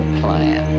plan